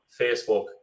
Facebook